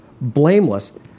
blameless